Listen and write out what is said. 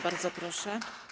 Bardzo proszę.